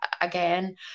again